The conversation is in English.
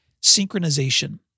synchronization